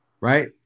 Right